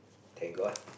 thank god